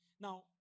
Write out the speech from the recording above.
Now